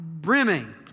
brimming